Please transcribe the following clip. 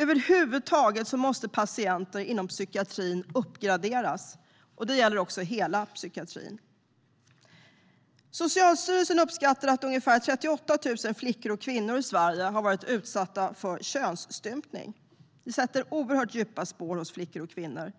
Över huvud taget måste patienter inom psykiatrin uppgraderas. Det gäller hela psykiatrin. Socialstyrelsen uppskattar att ungefär 38 000 flickor och kvinnor i Sverige har varit utsatta för könsstympning. Det sätter oerhört djupa spår hos flickor och kvinnor.